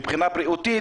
מבחינה בריאותית,